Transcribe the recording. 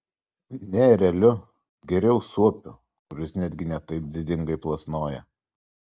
ne ereliu geriau suopiu kuris netgi ne taip didingai plasnoja